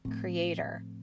creator